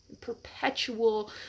perpetual